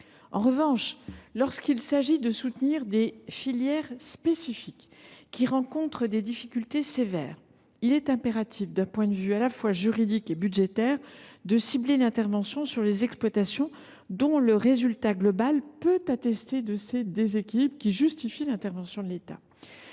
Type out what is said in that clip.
En revanche, lorsqu’il s’agit de soutenir des filières spécifiques qui rencontrent des difficultés sévères, il est impératif, d’un point de vue à la fois juridique et budgétaire, de cibler l’intervention sur les exploitations dont le résultat global atteste de ces déséquilibres. Cela justifie de prévoir des